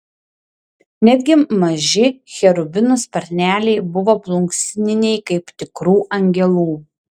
netgi maži cherubinų sparneliai buvo plunksniniai kaip tikrų angelų